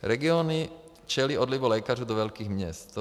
Regiony čelí odlivu lékařů do velkých měst.